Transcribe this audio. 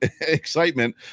excitement